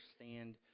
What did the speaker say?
understand